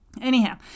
Anyhow